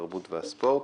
התרבות והספורט.